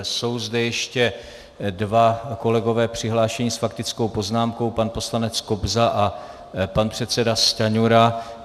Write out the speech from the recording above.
Jsou zde ještě dva kolegové přihlášení s faktickou poznámkou, pan poslanec Kobza a pan předseda Stanjura.